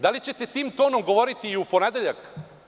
Da li ćete tim tonom govoriti i u ponedeljak?